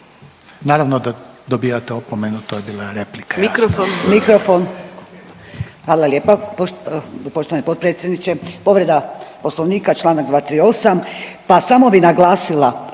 Naravno da dobivate opomenu, to je bila replika.